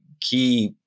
key